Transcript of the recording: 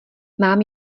mám